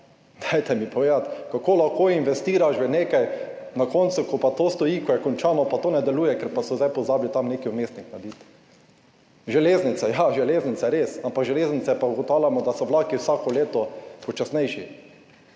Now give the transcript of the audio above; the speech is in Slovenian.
Dajte mi povedati, kako lahko investiraš v nekaj, na koncu ko pa to stoji, ko je končano, pa to ne deluje, ker pa so zdaj pozabili tam nek vmesnik narediti. Železnice, ja, železnice, res, ampak za železnico pa ugotavljamo, da so vlaki vsako leto počasnejši.